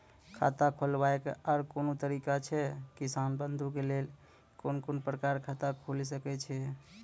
खाता खोलवाक आर कूनू तरीका ऐछि, किसान बंधु के लेल कून कून प्रकारक खाता खूलि सकैत ऐछि?